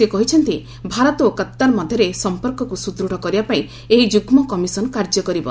ସେ କହିଛନ୍ତି ଭାରତ ଓ କତାର ମଧ୍ୟରେ ସମ୍ପର୍କକୁ ସୁଦୃତ୍ କରିବାପାଇଁ ଏହି ଯୁଗ୍ମ କମିଶନ୍ କାର୍ଯ୍ୟ କରିବ